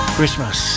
Christmas